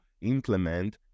implement